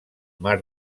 mar